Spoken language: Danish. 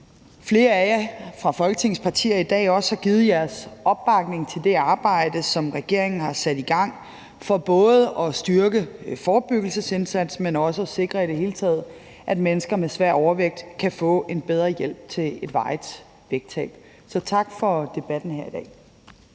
flere af jer fra Folketingets partier i dag også har givet jeres opbakning til det arbejde, som regeringen har sat i gang for både at styrke forebyggelsesindsatsen, men også at sikre i det hele taget, at mennesker med svær overvægt kan få en bedre hjælp til et varigt vægttab. Så tak for debatten her i dag.